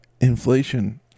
inflation